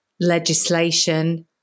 legislation